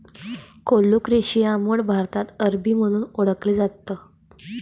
colocasia मूळ भारतात अरबी म्हणून ओळखले जाते